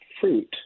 fruit